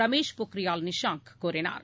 ரமேஷ் பொக்ரியால் நிஷாங் கூறினார்